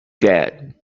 bad